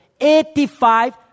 eighty-five